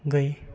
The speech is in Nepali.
गए